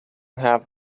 have